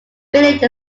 village